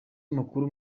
makuru